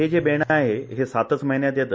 हे जे बेन आहे ते सातचं महिन्यात येत